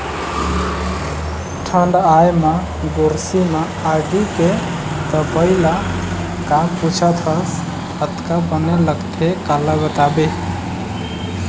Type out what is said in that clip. ठंड आय म गोरसी म आगी के तपई ल काय पुछत हस अतका बने लगथे काला बताबे